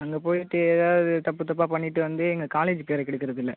அங்கே போய்ட்டு ஏதாவது தப்பு தப்பாக பண்ணிவிட்டு வந்து எங்கள் காலேஜி பேரை கெடுக்கிறது இல்லை